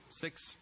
six